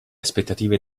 aspettative